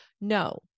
No